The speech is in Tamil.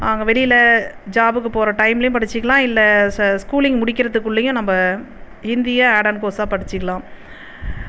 அங்கே வெளியில் ஜாப்புக்கு போகிற டைம்லேயும் படிச்சுக்கலாம் இல்லை ச ஸ்கூலிங் முடிகிறதுக்குள்ளேயும் நம்ப ஹிந்தியை ஆட் ஆன் கோர்ஸாக படிச்சுக்கலாம்